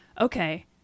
okay